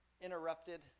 interrupted